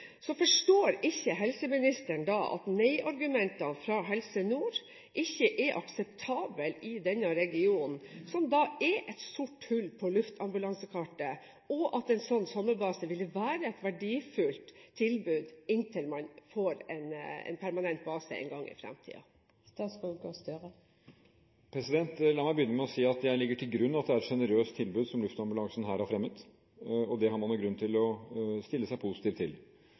Forstår ikke helseministeren at nei-argumenter fra Helse Nord ikke er akseptable i denne regionen, som er et sort hull på luftambulansekartet, og at en slik sommerbase ville være et verdifullt tilbud inntil man får en permanent base en gang i fremtiden? La meg begynne med å si at jeg legger til grunn at det er et generøst tilbud som luftambulansen her har fremmet, og det har man grunn til å stille seg positiv til.